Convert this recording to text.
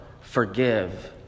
forgive